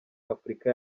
afurika